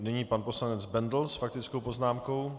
Nyní pan poslanec Bendl s faktickou poznámkou.